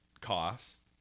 cost